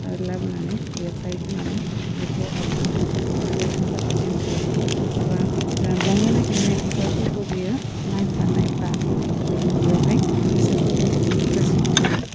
लाबोनानै बेवहाय होनानै बेखौ आबुङै जोथोन लागासिनो थायो एबा रानलांनो नागिरनाय बिबारफोरखौ बियो नायफा नायफायै बेनो बेवहाय हासारफोरखौ बियो होगासिनो थायो